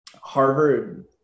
harvard